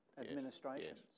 administrations